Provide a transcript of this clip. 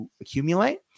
accumulate